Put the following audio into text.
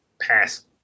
pass